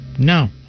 No